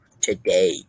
today